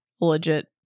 legit